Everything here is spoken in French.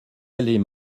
aller